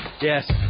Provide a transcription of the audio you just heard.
Yes